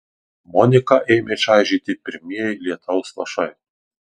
moniką ėmė čaižyti pirmieji lietaus lašai